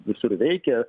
visur veikia